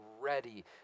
ready